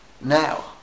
Now